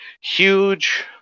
huge